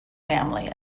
family